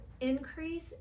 increase